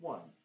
One